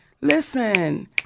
listen